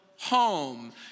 home